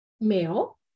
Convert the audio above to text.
male